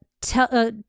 tell